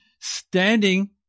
standing –